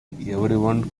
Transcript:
everyone